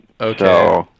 Okay